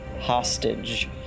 hostage